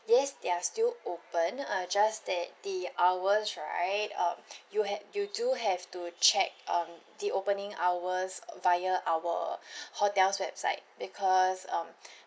yes they are still open uh just that the hours right um you ha~ you do have to check um the opening hours via our hotel's website because um